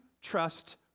trust